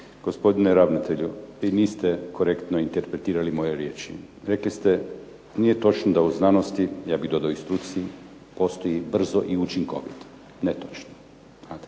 Gospodine ravnatelju vi niste korektno interpretirali moje riječi. Rekli ste, nije točno da u znanosti, ja bih dodao i struci, postoji brzo i učinkovito. Netočno, znate.